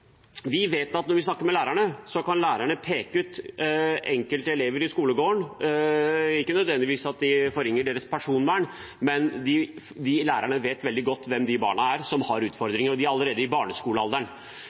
vi som har besøkt skoler, vet at når vi snakker med lærerne, kan de peke ut enkelte elever i skolegården. Lærerne forringer ikke nødvendigvis deres personvern, men de vet veldig godt hvem av barna som har utfordringer – og det allerede i barneskolealder. De barna